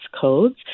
codes